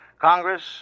Congress